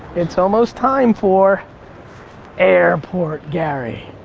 it's almost time for airport gary